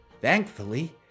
Thankfully